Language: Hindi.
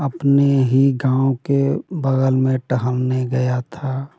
अपने हीं गाँव के बगल मे टहलने गया था